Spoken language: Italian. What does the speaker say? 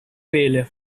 vele